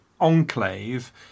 enclave